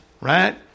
right